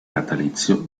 natalizio